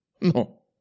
No